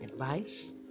advice